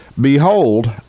Behold